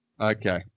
Okay